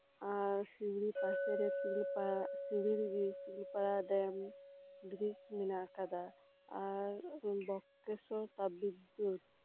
ᱟᱨ ᱥᱤᱣᱲᱤ ᱯᱟᱥᱮᱨᱮ ᱛᱤᱯᱤ ᱯᱟᱲᱟ ᱥᱤᱣᱲᱤᱨᱮᱜᱮ ᱛᱤᱞᱤᱯᱟᱲᱟ ᱰᱮᱢ ᱵᱨᱤᱡᱽ ᱢᱮᱱᱟᱜ ᱟᱠᱟᱫᱟ ᱟᱨ ᱵᱚᱠᱠᱨᱮᱥᱥᱚᱨ ᱛᱟᱯᱵᱤᱫᱽᱫᱩᱛ